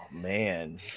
man